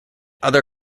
other